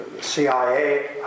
CIA